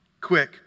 Quick